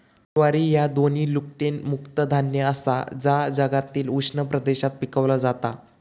ज्वारी ह्या दोन्ही ग्लुटेन मुक्त धान्य आसा जा जगातील उष्ण प्रदेशात पिकवला जाता